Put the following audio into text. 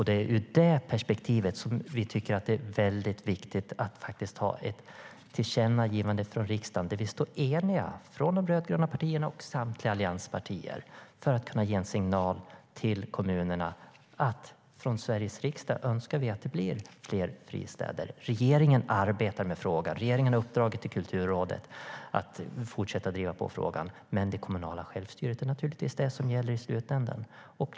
Det är ur det perspektivet som vi tycker att det är väldigt viktigt att göra ett tillkännagivande från riksdagen där de rödgröna partierna och samtliga allianspartier är eniga om att ge en signal till kommunerna att vi från Sveriges riksdag önskar att det blir fler fristäder. Regeringen arbetar med frågan och har uppdragit åt Kulturrådet att fortsätta att driva på. Men i slutändan gäller naturligtvis det kommunala självstyret.